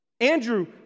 Andrew